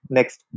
Next